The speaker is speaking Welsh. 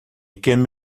ugain